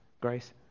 Grace